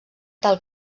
tal